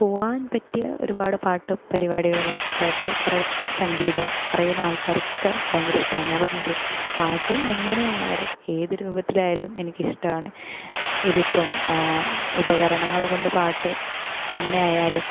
പോവാൻ പറ്റിയ ഒരുപാട് പാട്ടും പരിപാടികളും കേട്ട കുറേ സംഗീതം അറിയുന്ന ആൾക്കാർ ഒക്കെ ഭയങ്കര ഇഷ്ടാമാണ് ഞാൻ പറഞ്ഞില്ലെ പാട്ട് എങ്ങനെയായാലും ഏത് രൂപത്തിലായാലും എനിക്കിഷ്ടമാണ് ഇതിപ്പം ഉപകരണങ്ങൾ കൊണ്ട് പാട്ട് അങ്ങനെ ആയാലും